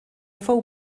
fou